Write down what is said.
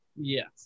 yes